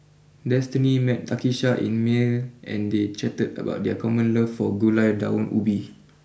Destini met Takisha in Male and they chatted about their common love for Gulai Daun Ubi